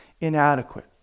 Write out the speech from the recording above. inadequate